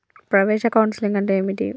ప్రవేశ కౌన్సెలింగ్ అంటే ఏమిటి?